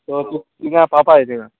so तिनां पावपा जाय थिंगां